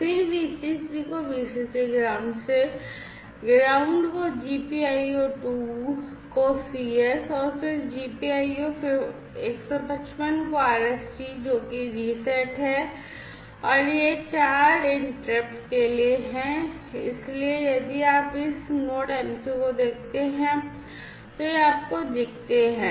फिर Vcc को Vcc ground से ग्राउंड को GPIO 2 को CS और फिर GPIO 15 5 को RST से जो कि रीसेट है और यह 4 इंटरप्ट के लिए है और इसलिए यदि आप इस NodeMCU को देखते हैं तो ये आपको दिखते हैं